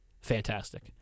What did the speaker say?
fantastic